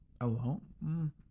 Alone